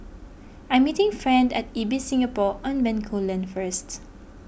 I am meeting friend at Ibis Singapore on Bencoolen first